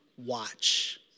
watch